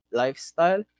lifestyle